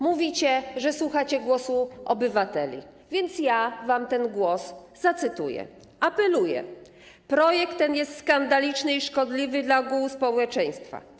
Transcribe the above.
Mówicie, że słuchacie głosu obywateli, więc wam ten głos zacytuję: Apeluję, projekt ten jest skandaliczny i szkodliwy dla ogółu społeczeństwa.